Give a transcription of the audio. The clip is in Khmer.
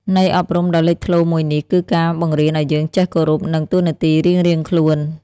ន័យអប់រំដ៏លេចធ្លោមួយនេះ គឺការបង្រៀនឱ្យយើងចេះគោរព និងតួនាទីរៀងៗខ្លួន។